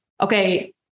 okay